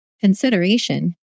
consideration